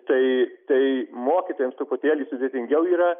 tai tai mokytojams truputėlį sudėtingiau yra